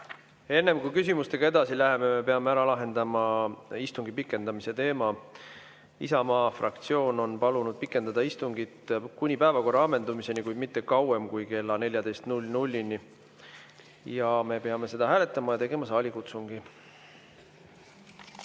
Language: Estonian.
Enne, kui küsimustega edasi läheme, me peame ära lahendama istungi pikendamise teema. Isamaa fraktsioon on palunud pikendada istungit kuni päevakorra ammendumiseni, kuid mitte kauem kui kella 14-ni. Me peame seda hääletama ja tegema saalikutsungi. Head